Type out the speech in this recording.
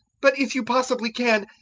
but, if you possibly can,